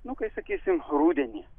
nu kai sakysim rudenį